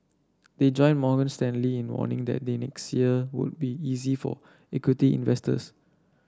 they join Morgan Stanley in warning that the next year would be easy for equity investors